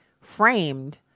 framed